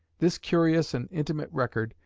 this curious and intimate record,